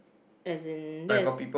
as in that's